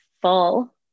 full